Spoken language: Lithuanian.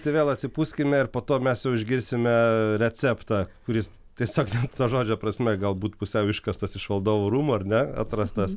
tai vėl atsipūskime ir po to mes jau išgirsime receptą kuris tiesiogine to žodžio prasme galbūt pusiau iškastas iš valdovų rūmų ar ne atrastas